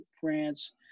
France